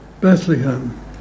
Bethlehem